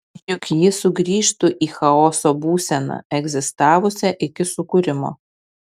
juk ji sugrįžtų į chaoso būseną egzistavusią iki sukūrimo